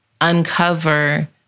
uncover